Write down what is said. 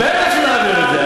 בטח שנעביר את זה,